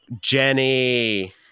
Jenny